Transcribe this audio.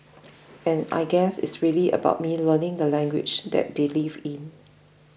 and I guess it's really about me learning the language that they live in